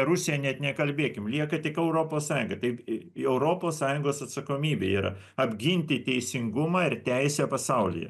rusija net nekalbėkim lieka tik europos sąjunga tai europos sąjungos atsakomybė yra apginti teisingumą ir teisę pasaulyje